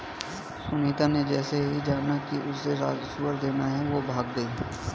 सुनीता ने जैसे ही जाना कि उसे राजस्व देना है वो भाग गई